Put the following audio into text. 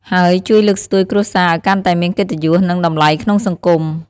ហើយជួយលើកស្ទួយគ្រួសារឲ្យកាន់តែមានកិត្តិយស និងតម្លៃក្នុងសង្គម។